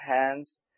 hands